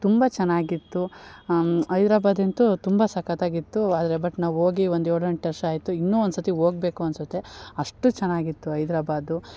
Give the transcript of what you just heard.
ತುಂಬ ಚೆನ್ನಾಗಿತ್ತು ಹೈದ್ರಾಬಾದ ಎಂತು ತುಂಬ ಸಕ್ಕತಾಗಿತ್ತು ಆದ್ರೆ ಬಟ್ ನಾವು ಹೋಗಿ ಒಂದು ಏಳು ಎಂಟು ವರ್ಷ ಆಯ್ತು ಇನ್ನು ಒಂದು ಸತಿ ಹೋಗ್ಬೇಕು ಅನಿಸುತ್ತೆ ಅಷ್ಟು ಚೆನ್ನಾಗಿತ್ತು ಹೈದ್ರಾಬಾದು